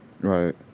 Right